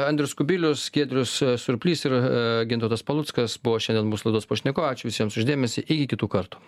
andrius kubilius giedrius surplys ir gintautas paluckas buvo šiandien mūsų laidos pašnekovai ačiū visiems už dėmesį iki kitų kartų